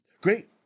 Great